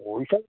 ପଇସା